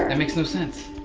that makes no sense.